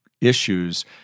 issues